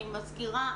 אני מזכירה,